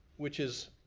which is